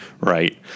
Right